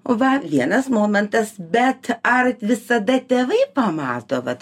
o va vienas momentas bet ar visada tėvai pamato vat